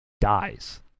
dies